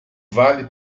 vale